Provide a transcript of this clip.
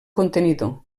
contenidor